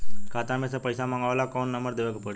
खाता मे से पईसा मँगवावे ला कौन नंबर देवे के पड़ी?